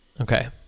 okay